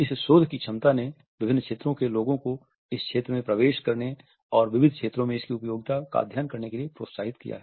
इस शोध की क्षमता ने विभिन्न क्षेत्रों के लोगों को इस क्षेत्र में प्रवेश करने और विविध क्षेत्रों में इसकी उपयोगिता का अध्ययन करने के लिए प्रोत्साहित किया है